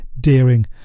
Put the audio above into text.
daring